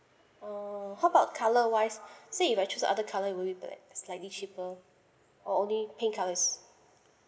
err how about colour wise say if I choose other colour will it like slightly cheaper or only pink colours